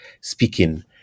speaking